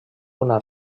una